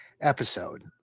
episode